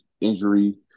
injury